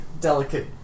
delicate